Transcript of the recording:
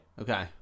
Okay